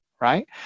right